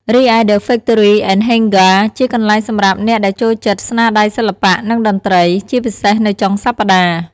រីឯ The Factory and Hangar (ហ៊េងហ្គា) ជាកន្លែងសម្រាប់អ្នកដែលចូលចិត្តស្នាដៃសិល្បៈ និងតន្ត្រី ជាពិសេសនៅចុងសប្តាហ៍។